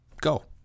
Go